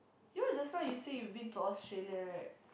you know just now you say you've been to Australia right